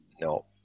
no